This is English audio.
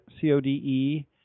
C-O-D-E